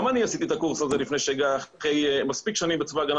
גם אני עשיתי את הקורס הזה לפני מספיק שנים בצבא ההגנה